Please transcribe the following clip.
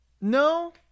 No